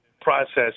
process